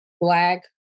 Black